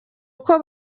uko